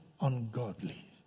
ungodly